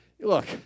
look